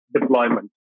deployment